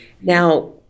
Now